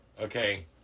Okay